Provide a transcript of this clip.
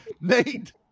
Nate